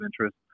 interest